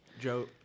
Joe